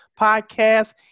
podcast